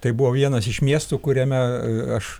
tai buvo vienas iš miestų kuriame aš